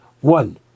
One